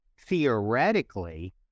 theoretically